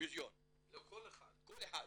כל אחד.